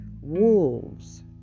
wolves